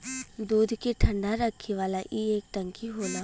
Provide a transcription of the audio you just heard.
दूध के ठंडा रखे वाला ई एक टंकी होला